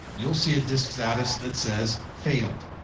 you'll see a disk status that says failed.